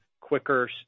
quicker